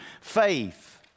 faith